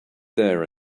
there